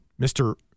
Mr